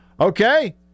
Okay